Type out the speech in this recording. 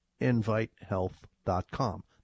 invitehealth.com